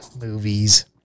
movies